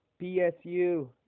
BSU